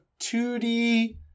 2D